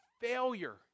failure